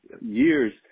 years